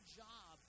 job